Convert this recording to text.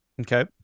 Okay